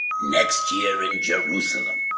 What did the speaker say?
next year in jerusalem.